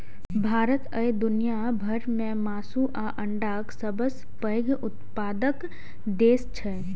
भारत आइ दुनिया भर मे मासु आ अंडाक सबसं पैघ उत्पादक देश छै